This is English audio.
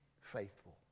faithful